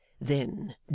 Then